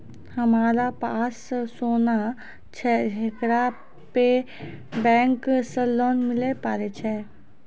हमारा पास सोना छै येकरा पे बैंक से लोन मिले पारे छै?